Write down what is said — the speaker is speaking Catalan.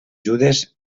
judes